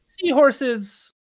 Seahorses